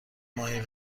ماهی